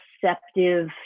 perceptive